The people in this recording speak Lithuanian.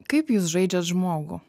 kaip jūs žaidžiat žmogų